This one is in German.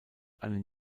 einen